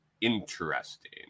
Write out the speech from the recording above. interesting